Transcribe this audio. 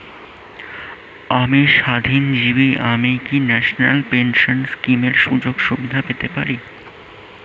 আমি স্বাধীনজীবী আমি কি ন্যাশনাল পেনশন স্কিমের সুযোগ সুবিধা পেতে পারি?